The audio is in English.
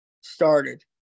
started